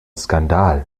skandal